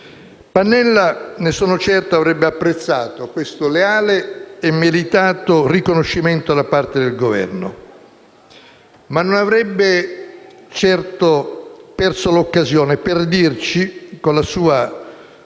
Pannella, ne sono certo, avrebbe apprezzato questo leale e meritato riconoscimento da parte del Governo. Ma non avrebbe certo perso l'occasione per dirci, con la sua ben